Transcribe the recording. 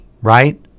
right